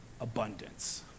abundance